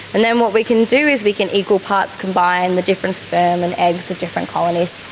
and then what we can do is we can equal parts combine the different sperm and eggs of different colonies.